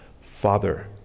Father